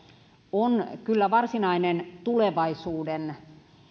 on kyllä varsinainen tulevaisuuden